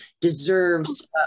deserves